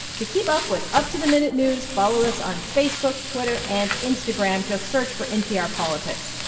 to keep up with up-to-the-minute news, follow us on facebook, twitter and instagram. just search for npr politics.